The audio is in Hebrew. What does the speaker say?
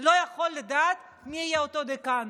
לא יוכל לדעת מי יהיה אותו דיקן.